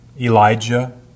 Elijah